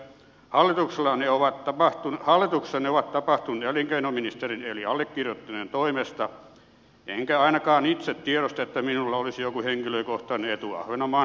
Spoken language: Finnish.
hallituksessa ne ovat tapahtuneet elinkeinoministerin eli allekirjoittaneen toimesta enkä ainakaan itse tiedosta että minulla olisi joku henkilökohtainen etu ahvenanmaan suhteen